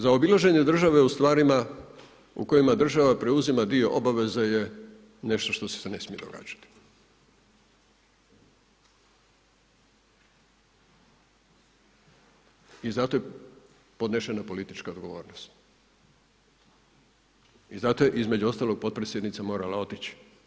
Zaobilaženje države u stvarima u kojima država preuzima dio obaveze je nešto što se ne smije događati i zato je podnešena politička odgovornost i zato je između ostalog potpredsjednica morala otići.